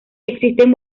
existen